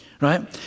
right